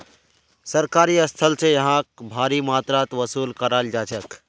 सरकारी स्थल स यहाक भारी मात्रात वसूल कराल जा छेक